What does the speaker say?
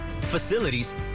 facilities